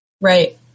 Right